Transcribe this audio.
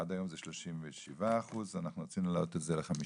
עד היום זה 37% ואנחנו רצינו להעלות את זה ל-50%.